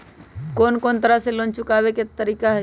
कोन को तरह से लोन चुकावे के तरीका हई?